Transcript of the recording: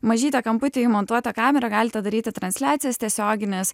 mažytė kamputy įmontuota kamera galite daryti transliacijas tiesiogines